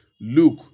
Luke